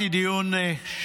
משמעת קואליציונית.